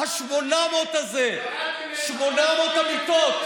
ה-800 הזה, 800 המיטות,